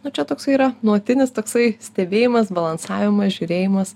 nu čia toksai yra nuolatinis tasai stebėjimas balansavimas žiūrėjimas